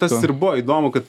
tas ir buvo įdomu kad